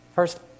First